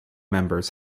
members